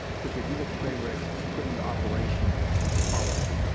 because the administrative regs put into operation the policy.